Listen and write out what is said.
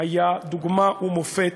היה דוגמה ומופת